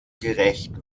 gerecht